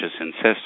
insists